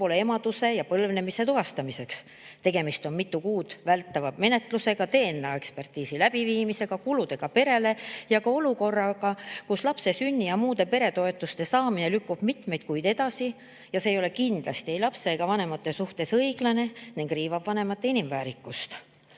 poole emaduse ja põlvnemise tuvastamiseks. Tegemist on mitu kuud vältava menetlusega, DNA-ekspertiisi läbiviimisega, kuludega perele ja ka olukorraga, kus lapse sünni ja muude peretoetuste saamine lükkub mitmeid kuid edasi, mis kindlasti ei ole ei lapse ega vanemate suhtes õiglane ning riivab vanemate inimväärikust.